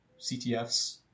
CTFs